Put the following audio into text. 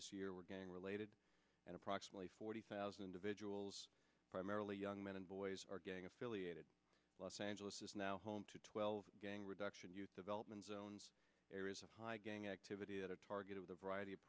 this year were gang related and approximately forty thousand individuals primarily young men and boys are gang affiliated los angeles is now home to twelve reduction youth development zones areas of high gang activity at a target of the variety of